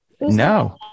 No